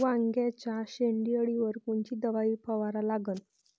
वांग्याच्या शेंडी अळीवर कोनची दवाई फवारा लागन?